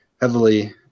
heavily